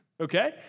okay